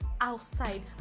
outside